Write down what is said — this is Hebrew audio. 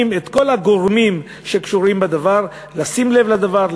את כל הגורמים שקשורים בדבר לשים לב לדבר,